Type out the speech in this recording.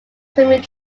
swimming